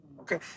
Okay